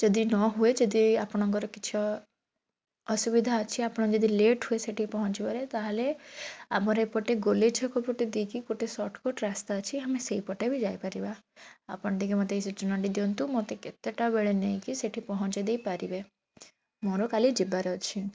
ଯଦି ନ ହୁଏ ଯଦି ଆପଣଙ୍କର କିଛି ଅ ଅସୁବିଧା ଅଛି ଆପଣ ଯଦି ଲେଟ୍ ହୁଏ ସେଇଠି ପହଞ୍ଚିବାରେ ତାହେଲେ ଆମର ଏପଟେ ଗୋଲେଇ ଛକ ପଟେ ଦେଇକି ଗୋଟେ ସର୍ଟ୍କଟ୍ ରାସ୍ତା ଅଛି ଆମେ ସେଇପଟେ ବି ଯାଇପାରିବା ଆପଣ ଟିକିଏ ମୋତେ ଏଇ ସୂଚନାଟି ଦିଅନ୍ତୁ ମୋତେ କେତେଟାବେଳେ ନେଇକି ସେଇଠି ପହଞ୍ଚେଇଦେଇ ପାରିବେ ମୋର କାଲି ଯିବାର ଅଛି